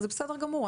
זה בסדר גמור,